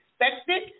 expected